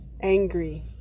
angry